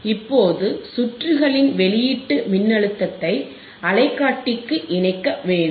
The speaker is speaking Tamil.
இப்போது சுற்றுகளின் வெளியீட்டு மின்னழுத்தத்தை அலைக்காட்டிக்கு இணைக்க வேண்டும்